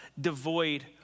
devoid